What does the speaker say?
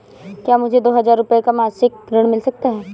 क्या मुझे दो हजार रूपए का मासिक ऋण मिल सकता है?